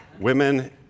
women